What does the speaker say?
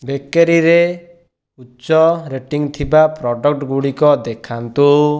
bakery ରେ ଉଚ୍ଚ rating ଥିବା ପ୍ରଡ଼କ୍ଟ୍ଗୁଡ଼ିକ ଦେଖାନ୍ତୁ